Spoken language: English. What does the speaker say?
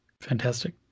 Fantastic